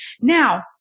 Now